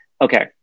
okay